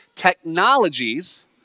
technologies